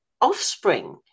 offspring